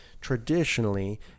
traditionally